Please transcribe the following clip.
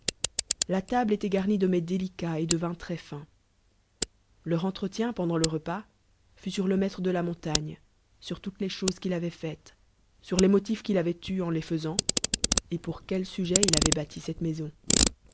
la table étoit garnie de mets délicats et de vins très fins leur entretien pendant le repas fut sur le maître de la montagne sur toutes les choses qu i avoit faites sur les ntotits qu'il ai ait eus en les faisant et pour quel sujet il avoit bâti cetle maison